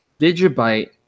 DigiByte